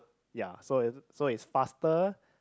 ya so is so is faster